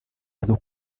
izo